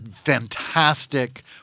fantastic